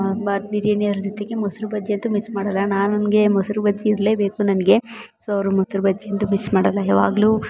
ಬಾತ್ ಬಿರಿಯಾನಿ ಅದ್ರ ಜೊತೆಗೆ ಮೊಸರು ಬಜ್ಜಿಯಂತು ಮಿಸ್ ಮಾಡಲ್ಲ ನಾ ನನಗೆ ಮೊಸರು ಬಜ್ಜಿ ಇರಲೇಬೇಕು ನನಗೆ ಸೊ ಅವರು ಮೊಸರು ಬಜ್ಜಿಯಂತು ಮಿಸ್ ಮಾಡಲ್ಲ ಯಾವಾಗ್ಲು